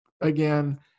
again